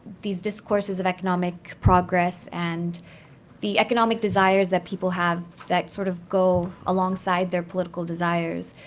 these discourses of economic progress, and the economic desires that people have that sort of go alongside their political desires